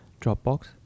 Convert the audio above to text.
Dropbox